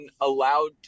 allowed